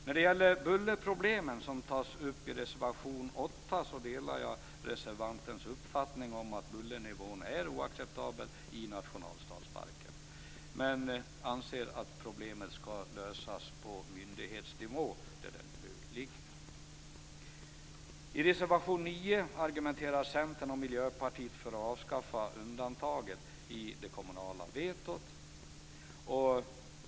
När det gäller bullerproblemen, som tas upp i reservation 8, delar jag reservantens uppfattning om att bullernivån är oacceptabel i nationalstadsparken, men jag anser att problemet ska lösas på myndighetsnivå, där det nu ligger. I reservation 9 argumenterar Centern och Miljöpartiet för att avskaffa undantaget i det kommunala vetot.